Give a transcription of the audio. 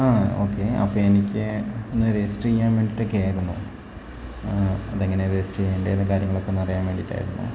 ആ ഓക്കെ അപ്പം എനിക്ക് ഒന്ന് രെജിസ്റ്റർ ചെയ്യാൻ വേണ്ടിയിട്ടൊക്കെ ആയിരുന്നു അത് എങ്ങനെ രജിസ്റ്റർ ചെയ്യേണ്ടത് കാര്യങ്ങളൊക്കെ ഒന്നറിയാൻ വേണ്ടിയിട്ടായിരുന്നു